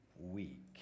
week